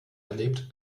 erlebt